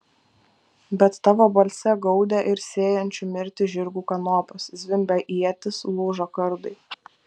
bet tavo balse gaudė ir sėjančių mirtį žirgų kanopos zvimbė ietys lūžo kardai